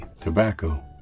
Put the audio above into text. Tobacco